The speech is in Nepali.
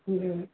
ए